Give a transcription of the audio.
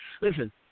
listen